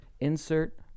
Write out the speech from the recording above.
Insert